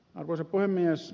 arvoisa puhemies